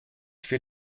für